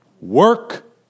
work